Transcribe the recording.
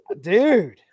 Dude